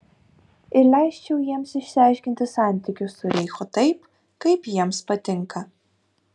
ir leisčiau jiems išsiaiškinti santykius su reichu taip kaip jiems patinka